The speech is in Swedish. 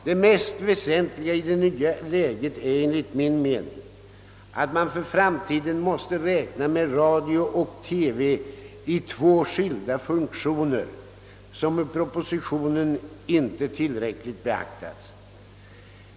Det mest väsentliga i det nya läget är enligt min mening att vi för framtiden måste räkna med radio och TV i två skilda funktioner, vilket i propositionen inte tillräckligt beaktats.